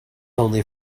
only